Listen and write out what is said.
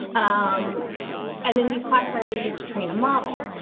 um and then these classifiers are used to train a model.